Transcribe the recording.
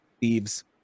thieves